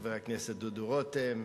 חבר הכנסת דודו רותם,